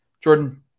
Jordan